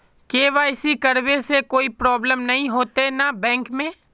KYC करबे से कोई प्रॉब्लम नय होते न बैंक में?